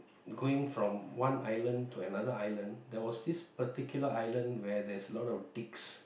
going from one island to another island there was this particular island where there's a lot of dicks